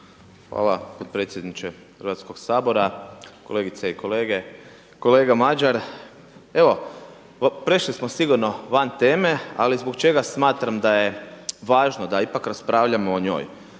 Hvala potpredsjedniče Hrvatskog sabora, kolegice i kolege. Kolega Madjer, evo prešli smo sigurno van teme ali zbog čega smatram da je važno da ipak raspravljamo o njoj.